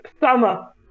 sama